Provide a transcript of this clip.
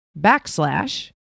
backslash